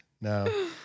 No